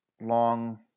long